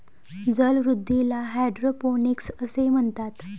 जलवृद्धीला हायड्रोपोनिक्स असे म्हणतात